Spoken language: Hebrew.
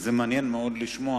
וזה מעניין מאוד לשמוע,